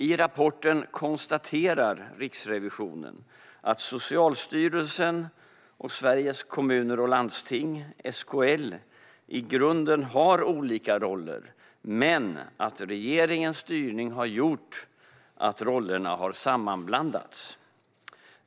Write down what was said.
I rapporten konstaterar Riksrevisionen att Socialstyrelsen och Sveriges Kommuner och Landsting, SKL, i grunden har olika roller men att regeringens styrning har gjort att rollerna har sammanblandats.